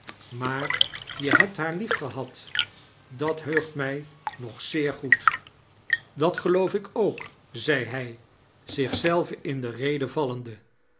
maar je hebt haar liefgehad dat heugt mij nog zeer good dat geloof ik charles dickens ook zed hij zich zelven in de rede vallende